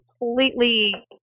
completely